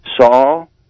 Saul